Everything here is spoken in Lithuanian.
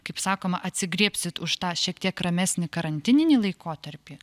kaip sakoma atsigriebsit už tą šiek tiek ramesnį karantininį laikotarpį